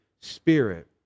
Spirit